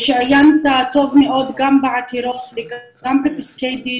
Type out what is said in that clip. רק מחזקים שחייבים לעבור לבדיקה פרטנית,